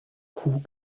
kuh